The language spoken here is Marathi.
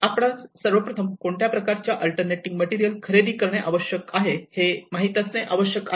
आपणास सर्वप्रथम कोणत्या प्रकारच्या अल्टरनेटिंग मटेरियल खरेदी करणे आवश्यक आहे हे माहित असणे आवश्यक आहे